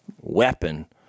weapon